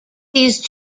these